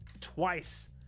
twice